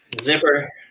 Zipper